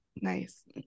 Nice